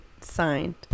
signed